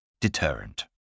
Deterrent